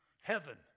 heaven